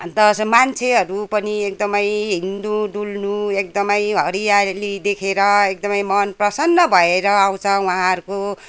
अन्त मान्छेहरू पनि एकदमै हिँड्नु डुल्नु एकदमै हरियाली देखेर एकदमै मन प्रसन्न भएर आउँछ उहाँहरूको